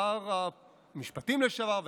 שר המשפטים לשעבר,